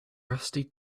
rusty